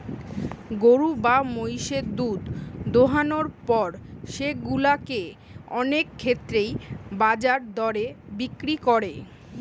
গরু বা মহিষের দুধ দোহানোর পর সেগুলা কে অনেক ক্ষেত্রেই বাজার দরে বিক্রি করে